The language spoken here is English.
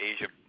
Asia